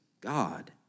God